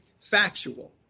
factual